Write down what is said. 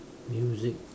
music